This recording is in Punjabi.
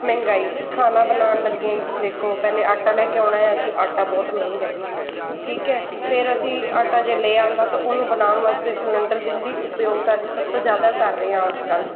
ਮਹਿੰਗਾਈ ਖਾਣਾ ਬਣਾਉਣ ਲੱਗੇ ਦੇਖੋ ਪਹਿਲੇ ਆਟਾ ਲੈ ਕੇ ਆਉਣਾ ਅਸੀਂ ਆਟਾ ਬਹੁਤ ਮਹਿੰਗਾ ਠੀਕ ਹੈ ਫਿਰ ਅਸੀਂ ਆਟਾ ਜੇ ਲੈ ਆਉਂਦਾ ਅਤੇ ਉਹਨੂੰ ਬਣਾਉਣ ਵਾਸਤੇ ਸਲਿੰਡਰ ਜਿਹਦੀ ਉਪਯੋਗਤਾ ਸੀ ਸਭ ਤੋਂ ਜ਼ਿਆਦਾ ਕਰ ਰਹੇ ਹਾਂ ਅੱਜ ਕੱਲ੍ਹ